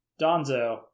Donzo